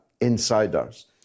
Insiders